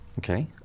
Okay